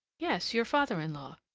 yes, your father-in-law.